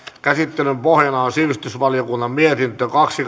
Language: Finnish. käsittelyn pohjana on sivistysvaliokunnan mietintö kaksi